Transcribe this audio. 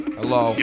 Hello